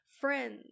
friends